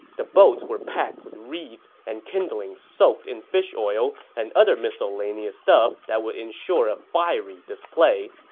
the boats were packed with reeds and kindling soaked in fish oil and other miscellaneous stuff that would ensure a fiery display.